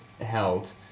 held